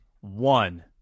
one